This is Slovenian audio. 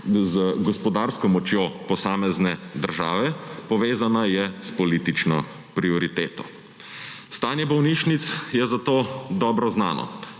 z gospodarsko močjo posamezne države, povezana je s politično prioriteto. Stanje bolnišnic je zato dobro znano.